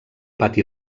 pati